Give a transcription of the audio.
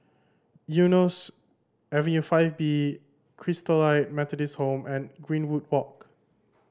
Eunos Avenue Five B Christalite Methodist Home and Greenwood Walk